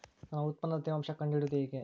ನನ್ನ ಉತ್ಪನ್ನದ ತೇವಾಂಶ ಕಂಡು ಹಿಡಿಯುವುದು ಹೇಗೆ?